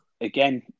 again